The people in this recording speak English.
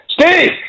Steve